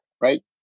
right